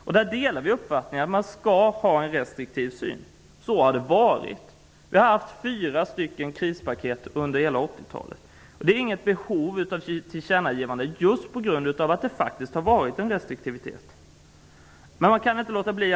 Utskottet delar uppfattningen att det skall råda restriktivitet. Det har det också gjort. Vi hade under hela 1980-talet fyra krispaket. Det finns inget behov av ett tillkännagivande just på grund av att det har varit en restriktiv tillämpning.